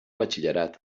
batxillerat